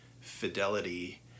fidelity